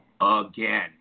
again